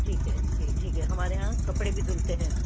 ٹھیک ہے جی ٹھیک ہے ہمارے یہاں کپڑے بھی دھلتے ہیں